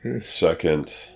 second